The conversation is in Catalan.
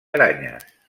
aranyes